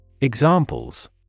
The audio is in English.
Examples